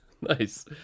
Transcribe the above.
Nice